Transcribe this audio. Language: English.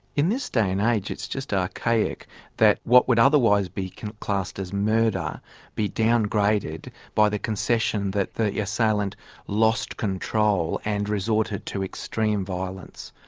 in this day and age it's just archaic that what would otherwise be classed as murder be downgraded by the concession that the assailant lost control and resorted to extreme violence.